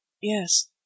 Yes